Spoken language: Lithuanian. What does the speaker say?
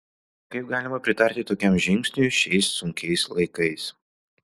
kaip galima pritarti tokiam žingsniui šiais sunkiais laikais